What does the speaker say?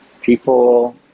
people